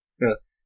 Yes